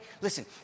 Listen